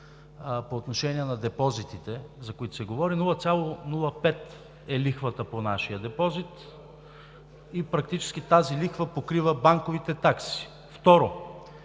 по отношение на депозитите, за които се говори – 0,05 е лихвата по нашия депозит и практически тази лихва покрива банковите такси. Второ,